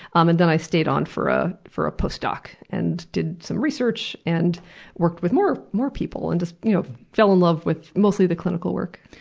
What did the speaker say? um and then i stayed on for ah for a post-doc and did some research and worked with more more people and you know fell in love with mostly the clinical work.